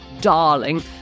darling